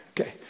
okay